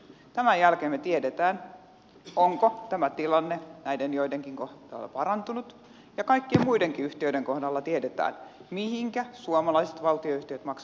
tämän jälkeen me tiedämme onko tämä tilanne näiden joidenkin kohdalla parantunut ja kaikkien muidenkin yhtiöiden kohdalla tiedämme mihinkä suomalaiset valtionyhtiöt maksavat veronsa